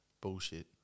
Bullshit